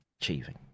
achieving